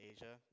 Asia